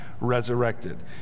resurrected